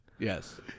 Yes